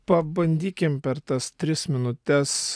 pabandykim per tas tris minutes